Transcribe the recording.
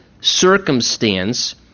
circumstance